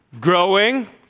growing